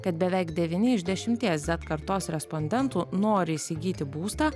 kad beveik devyni iš dešimties zet kartos respondentų nori įsigyti būstą